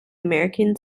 american